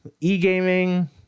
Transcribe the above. e-gaming